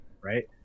Right